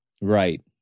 Right